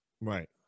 Right